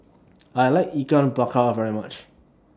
I like Ikan Bakar very much